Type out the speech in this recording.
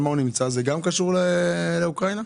זה גם קשור לאוקראינה?